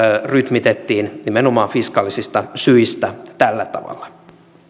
rytmitettiin nimenomaan fiskaalisista syistä tällä tavalla